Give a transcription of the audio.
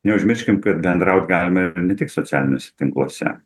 neužmirškim kad bendraut galime ir ne tik socialiniuose tinkluose